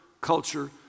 culture